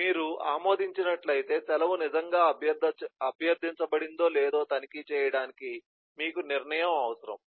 మీరు ఆమోదించినట్లయితే సెలవు నిజంగా అభ్యర్థించబడిందో లేదో తనిఖీ చేయడానికి మీకు నిర్ణయం అవసరం